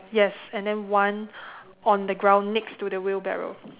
yes and then one on the ground next to the wheelbarrow